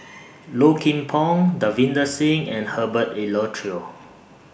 Low Kim Pong Davinder Singh and Herbert Eleuterio